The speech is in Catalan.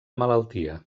malaltia